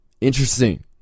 Interesting